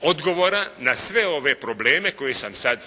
odgovora na sve ove probleme koje sam sad